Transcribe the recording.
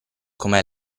come